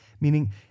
meaning